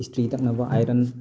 ꯏꯁꯇ꯭ꯔꯤ ꯇꯛꯅꯕ ꯑꯥꯏꯔꯟ